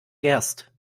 gerst